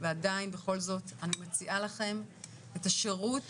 ועדיין בכל זאת אני מציעה לכם את השירות